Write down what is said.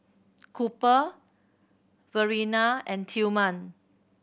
Cooper Verena and Tillman